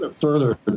further